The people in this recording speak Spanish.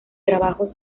trabajo